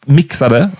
mixade